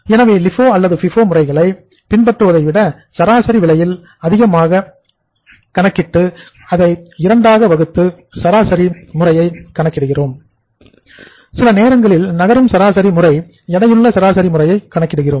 எனவே LIFO அல்லது FIFO முறைகளை பின்பற்றுவதை விட சராசரி விலையில் அதிகமாகவும் குறைவாகவும் கணக்கிட்டு அதை இரண்டாக வகுத்து பின்னர் சிம்பிள் அவரேஜ் முறையை கணக்கிடுகிறோம் சில நேரங்களில் நகரும் சராசரி முறை எடையுள்ள சராசரி முறையை கணக்கிடுகிறோம்